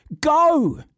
Go